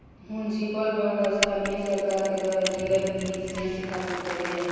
municipal bond स्थानीय सरकार के द्वारा जिला बिशेष खातिर कईल जाता